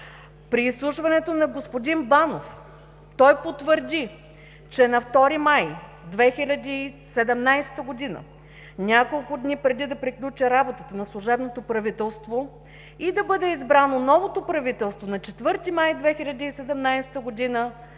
При изслушването на господин Банов, той потвърди, че на 2 май 2017 г. няколко дни преди да приключи работата на служебното правителство и да бъде избрано новото правителство на 4 май 2017 г.,